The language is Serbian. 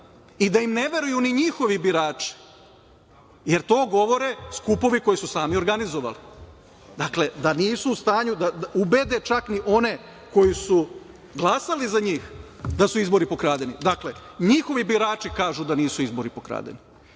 i da im ne veruju ni njihovi birači, jer to govore skupovi koje su sami organizovali. Dakle, da nisu u stanju da ubede čak ni one koji su glasali za njih da su izbori pokradeni. Dakle, njihovi birači kažu da nisu izbori pokradeni.